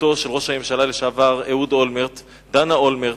בתו של ראש הממשלה לשעבר אהוד אולמרט, דנה אולמרט,